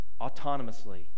autonomously